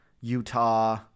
Utah